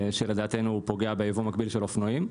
שלדעתנו הוא פוגע ביבוא מקביל של אופנועים.